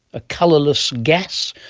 a colourless gas,